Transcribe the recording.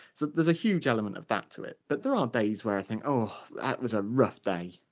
so there's a huge element of that to it. but there are days where i think oh, that was a rough day.